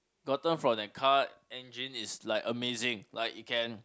gotten from that car engine is like amazing like it can